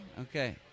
Okay